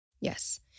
Yes